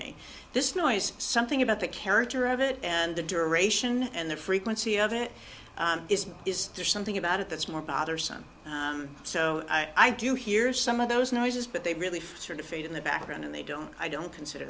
me this noise something about the character of it and the duration and the frequency of it is is there something about it that's more bothersome so i do hear some of those noises but they really feel sort of fade in the background and they don't i don't consider